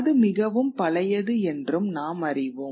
அது மிகவும் பழையது என்றும் நாம் அறிவோம்